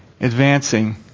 advancing